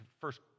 first